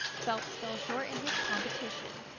phelps fell short in his competition.